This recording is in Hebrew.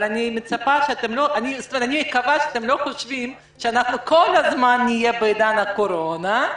אני מקווה שאתם לא חושבים שאנחנו כל הזמן נהיה בעידן הקורונה,